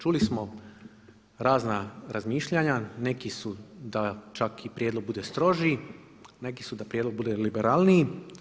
Čuli smo razna razmišljanja, neki su čak i da prijedlog bude stroži, neki su da prijedlog bude liberalniji.